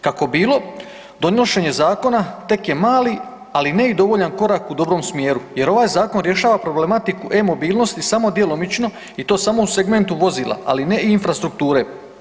Kako bilo, donošenje zakona tek je mali, ali ne i dovoljan korak u dobrom smjeru jer ovaj zakon rješava problematiku e mobilnosti samo djelomično i to samo u segmentu vozila, ali ne i infrastrukture.